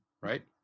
right